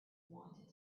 wanted